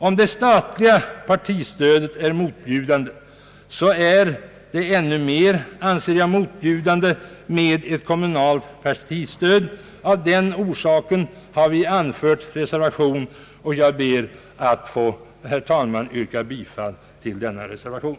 Om det statliga partistödet är motbjudande så är det ännu mer, anser jag, motbjudande med ett kommunalt partistöd. Av den orsaken har vi anfört reservation, och jag ber, herr talman, att få yrka bifall till denna reservation.